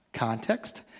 Context